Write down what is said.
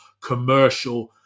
commercial